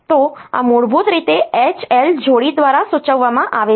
તો આ મૂળભૂત રીતે H L જોડી દ્વારા સૂચવવામાં આવે છે